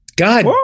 God